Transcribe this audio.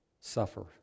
suffer